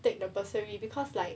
take the bursary because like